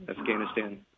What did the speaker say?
Afghanistan